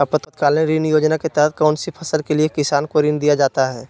आपातकालीन ऋण योजना के तहत कौन सी फसल के लिए किसान को ऋण दीया जाता है?